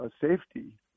safety